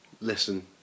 listen